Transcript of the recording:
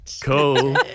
Cool